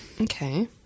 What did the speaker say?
Okay